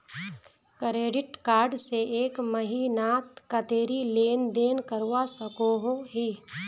Credit card से एक महीनात कतेरी लेन देन करवा सकोहो ही?